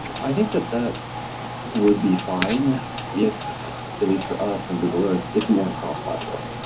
i think that that would be fine if at least for us on google earth, if we weren't cross-platform.